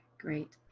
great.